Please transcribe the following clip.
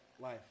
Life